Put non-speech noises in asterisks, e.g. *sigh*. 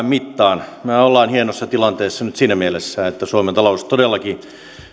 *unintelligible* mittaan mehän olemme hienossa tilanteessa nyt siinä mielessä että suomen talous todellakin